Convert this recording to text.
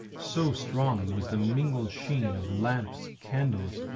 so strong was the mingled sheen of lamps, candles,